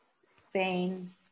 Spain